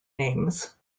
names